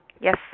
Yes